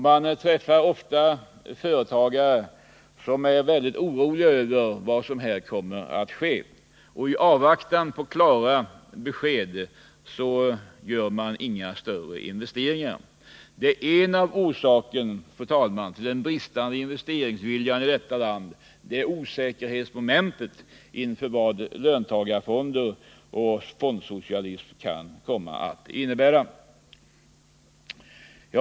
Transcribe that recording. Man träffar ofta företagare som är väldigt oroliga över vad som kan komma att ske. I avvaktan på klara besked gör de inga större investeringar. En av orsakerna, fru talman, till den bristande investeringsviljan i detta land är alltså osäkerhetsmomentet inför vad löntagarfonder och fondsocialism kan komma att innebära.